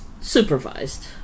supervised